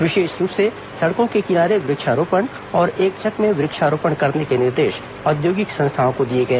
विशेष रूप से सड़कों के किनारे वृक्षारोपण और एक चक में वृक्षारोपण करने के निर्देश औद्योगिक संस्थाओं को दिए गए